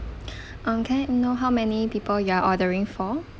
um can I know how many people you are ordering for